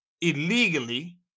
Illegally